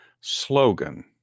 slogan